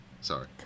Sorry